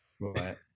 Right